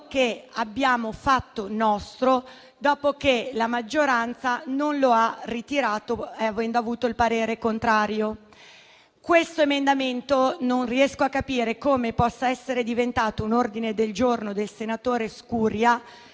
l'abbiamo fatto nostro, dopo che la maggioranza non lo ha ritirato, avendo avuto il parere contrario. Non riesco a capire come questo emendamento possa essere diventato un ordine del giorno del senatore Scurria